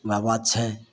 वएह बात छै